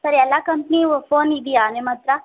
sir ಎಲ್ಲ company ಓ phone ಇದೆಯಾ ನಿಮ್ಮ ಹತ್ರ